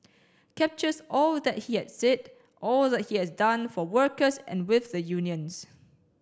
captures all that he had said all that he has done for workers and with the unions